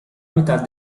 metà